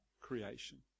creation